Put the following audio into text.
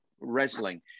wrestling